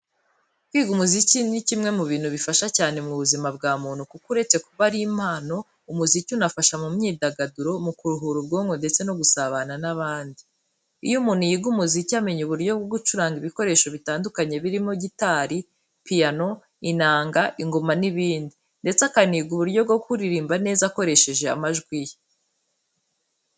Kwiga umuziki ni kimwe mu bintu bifasha cyane mu buzima bwa muntu kuko uretse kuba ari impano, umuziki unafasha mu myidagaduro, mu kuruhura ubwonko ndetse no gusabana n'abandi. Iyo umuntu yiga umuziki, amenya uburyo bwo gucuranga ibikoresho bitandukanye birimo gitari, piyano, inanga, ingoma n'ibindi, ndetse akaniga uburyo bwo kuririmba neza akoresheje amajwi ye.